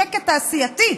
שקט תעשייתי.